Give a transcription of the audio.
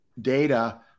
data